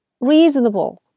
reasonable